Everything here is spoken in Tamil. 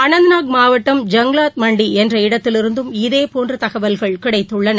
அனந்தநாக் மாவட்டம் ஜங்வாத் மண்டி என்ற இடத்திலிருந்தும் இதேபோன்ற தகவல்கள் கிடைத்துள்ளன